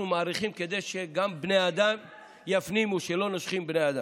אנחנו מאריכים כדי שגם בני האדם יפנימו שלא נושכים בני אדם.